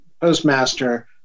Postmaster